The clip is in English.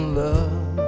love